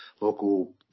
local